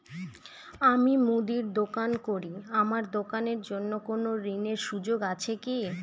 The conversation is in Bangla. আমি মুদির দোকান করি আমার দোকানের জন্য কোন ঋণের সুযোগ আছে কি?